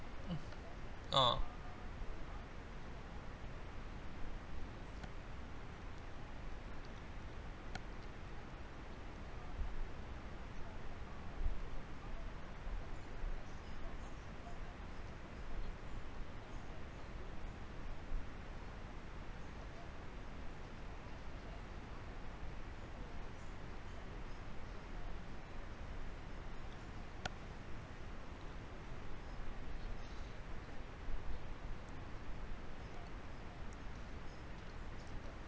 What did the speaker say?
orh